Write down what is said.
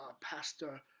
Pastor